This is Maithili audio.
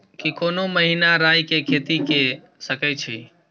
की कोनो महिना राई के खेती के सकैछी?